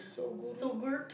Soguru